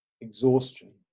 exhaustion